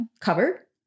cover